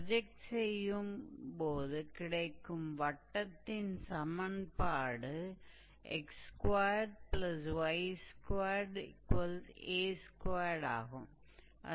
project செய்யும்போது கிடைக்கும் வட்டத்தின் சமன்பாடு 𝑥2𝑦2𝑎2 ஆகும்